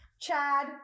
Chad